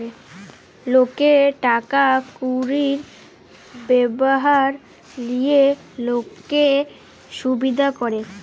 লকের টাকা কুড়ির ব্যাপার লিয়ে লক্কে সুবিধা ক্যরে